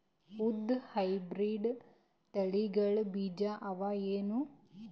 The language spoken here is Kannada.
ಉದ್ದ ಹೈಬ್ರಿಡ್ ತಳಿಗಳ ಬೀಜ ಅವ ಏನು?